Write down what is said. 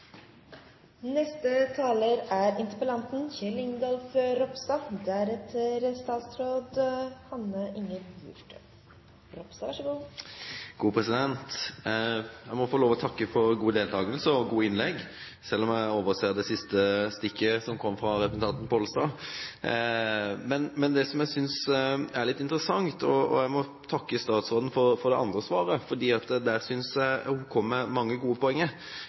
Jeg må få lov å takke for god deltakelse og gode innlegg, selv om jeg overser det siste stikket som kom fra representanten Pollestad. Jeg må også få takke statsråden for det andre svaret, som jeg syntes var litt interessant – hun kom der med mange gode poeng. Men når hun sier at vi som politikere har oversolgt reformen, vil jeg